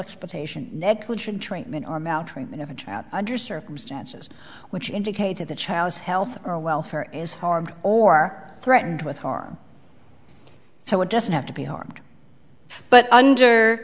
exploitation negligent treatment or maltreatment under circumstances which indicated the child's health or welfare is harmed or threatened with harm so it doesn't have to be armed but under